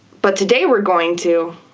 but today we're going to!